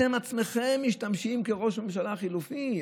אתם עצמכם משתמשים בראש ממשלה חלופי,